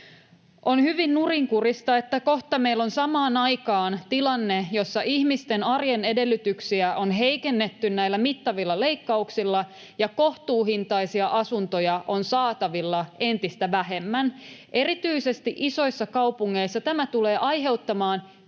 On hyvin nurinkurista, että kohta meillä on samaan aikaan tilanne, jossa ihmisten arjen edellytyksiä on heikennetty näillä mittavilla leikkauksilla ja kohtuuhintaisia asuntoja on saatavilla entistä vähemmän. Erityisesti isoissa kaupungeissa tämä tulee aiheuttamaan